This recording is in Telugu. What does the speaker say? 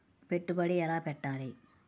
పెట్టుబడి ఎలా పెట్టాలి?